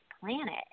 planet